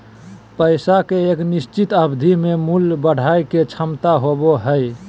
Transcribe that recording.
पैसा के एक निश्चित अवधि में मूल्य बढ़य के क्षमता होबो हइ